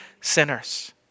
sinners